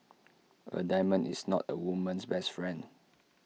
A diamond is not A woman's best friend